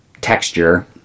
texture